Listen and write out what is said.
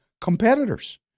competitors